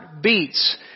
beats